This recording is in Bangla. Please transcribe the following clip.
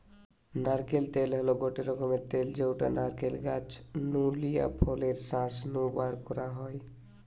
নারকেল তেল হল গটে রকমের তেল যউটা নারকেল গাছ নু লিয়া ফলের শাঁস নু বারকরা হয়